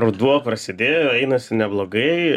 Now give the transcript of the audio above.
ruduo prasidėjo einasi neblogai